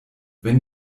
wenn